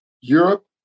Europe